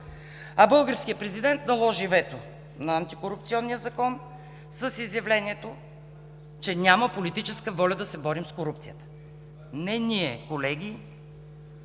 Българският президент наложи вето на антикорупционния закон с изявлението, че няма политическа воля да се борим с корупцията. Не ние, колеги,